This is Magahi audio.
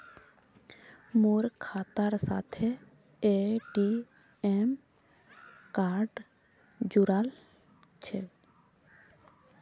मोर खातार साथे ए.टी.एम कार्ड जुड़ाल छह